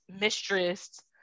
mistress